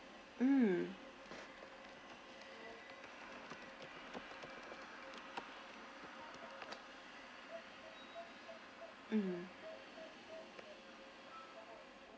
mm mm